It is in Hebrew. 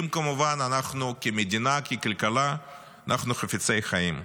אם כמובן אנחנו כמדינה, ככלכלה, חפצי חיים.